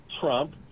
Trump